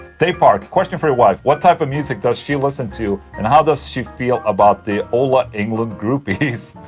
dave park question for your wife what type of music does she listen to and how does she feel about the ola englund groupies?